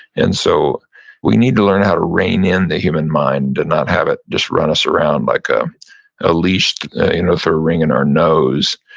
and so we need to learn how to rein in the human mind to not have it just run us around like a ah leash you know through a ring in our nose.